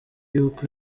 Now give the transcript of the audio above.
yuko